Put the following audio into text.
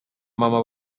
mama